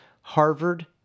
Harvard